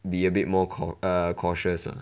be a bit more cau~ err cautious lah